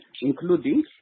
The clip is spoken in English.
including